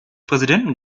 präsidenten